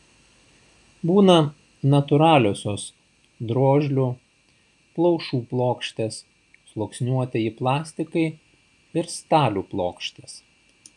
būna natūraliosios drožlių plaušų plokštės sluoksniuotieji plastikai ir stalių plokštės